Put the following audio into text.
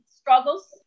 struggles